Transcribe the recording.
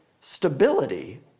stability